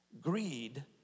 greed